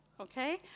okay